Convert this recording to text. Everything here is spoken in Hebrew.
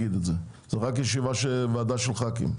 רק ישיבה של ח"כים.